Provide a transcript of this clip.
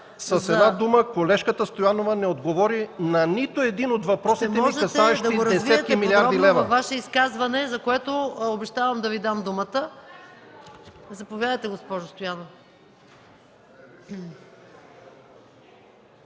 С една дума: колежката Стоянова не отговори на нито един от въпросите, касаещи десетки милиарди лева.